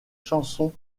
chansons